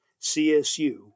CSU